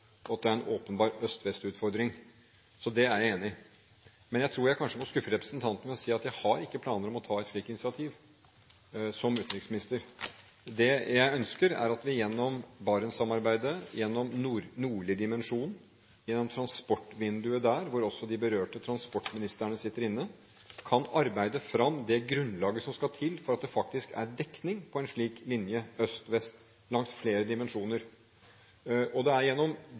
Men jeg tror jeg kanskje må skuffe representanten ved å si at jeg ikke har planer om å ta et slikt initiativ som utenriksminister. Det jeg ønsker, er at vi gjennom Barentssamarbeidet, gjennom Den nordlige dimensjon, gjennom transportvinduet der, hvor også de berørte transportministrene sitter, kan arbeide fram det grunnlaget som skal til for at det faktisk er dekning på en linje øst–vest langs flere dimensjoner. Det er gjennom